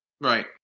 Right